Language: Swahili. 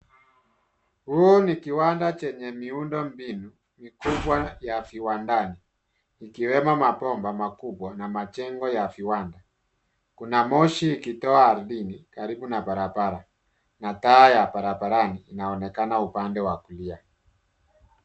Huu ni kiwanda chenye miundombinu mikubwa ya viwandani, ikiwemo maomba makubwa na majengo ya viwanda. Kuna moshi ikitoa ardhini karibu na barabara na taa ya barabarani inaonekana upande wa kulia.